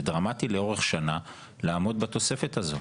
זה דרמטי לאורך שנה לעמוד בתוספת הזו.